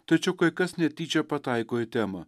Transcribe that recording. tačiau kai kas netyčia pataiko į temą